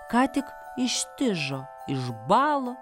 ką tik ištižo išbalo